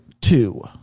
two